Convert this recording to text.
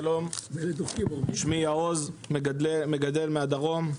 שלום, שמי יעוז, מגדל מהדרום.